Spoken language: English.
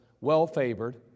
well-favored